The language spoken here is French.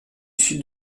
sud